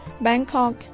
Bangkok